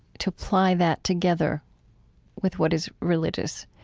to apply that together with what is religious,